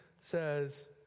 says